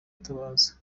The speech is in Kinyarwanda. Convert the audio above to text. atabaza